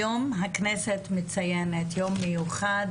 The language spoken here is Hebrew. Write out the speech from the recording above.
היום הכנסת מציינת יום מיוחד